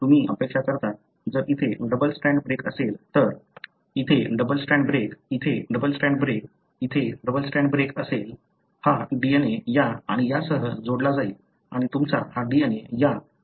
तुम्ही अपेक्षा करता जर इथे डबल स्ट्रँड ब्रेक असेल तर इथे डबल स्ट्रँड ब्रेक इथे डबल स्ट्रँड ब्रेक इथे डबल स्ट्रँड ब्रेक असेल हा DNA या आणि यासह जोडला जाईल आणि तुमचा हा DNA या आणि यासह जोडला जाईल